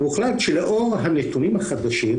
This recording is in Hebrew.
הוחלט שלאור הנתונים החדשים,